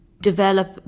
develop